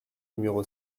numéro